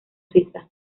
suiza